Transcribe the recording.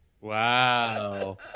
Wow